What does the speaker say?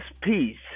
peace